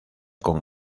con